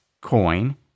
coin